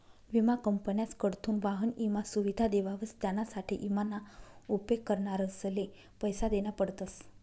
विमा कंपन्यासकडथून वाहन ईमा सुविधा देवावस त्यानासाठे ईमा ना उपेग करणारसले पैसा देना पडतस